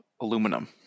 aluminum